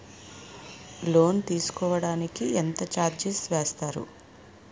Loan తీసుకోడానికి ఎంత charges వేస్తారు?